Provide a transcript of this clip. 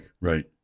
Right